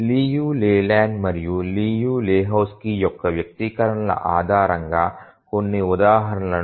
Liu Leland మరియు Liu లెహోజ్కీ యొక్క వ్యక్తీకరణల ఆధారంగా కొన్ని ఉదాహరణలు